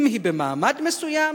אם היא במעמד מסוים,